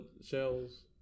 shells